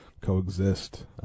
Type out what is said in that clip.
coexist